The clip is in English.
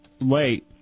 late